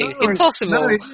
Impossible